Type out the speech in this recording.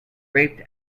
raped